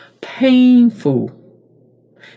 painful